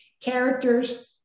characters